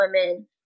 women